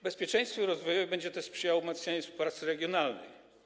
Bezpieczeństwu i rozwojowi będzie też sprzyjało umacnianie współpracy regionalnej.